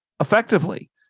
effectively